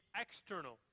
external